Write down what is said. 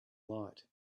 light